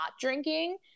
drinking